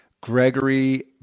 Gregory